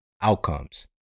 outcomes